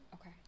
Okay